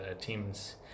team's